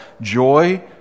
joy